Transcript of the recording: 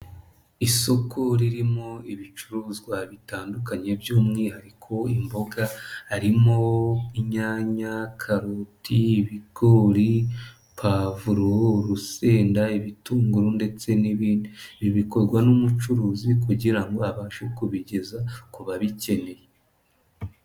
Isoko ririmo ibicuruzwa bitandukanye by'umwihariko imboga, harimo inyanya, karoti, ibigori, pavuro, urusenda, ibitunguru ndetse n' bikorwa n'umucuruzi kugira ngo abashe kubigeza ku babikeneye.